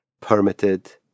permitted